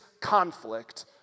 conflict